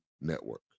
Network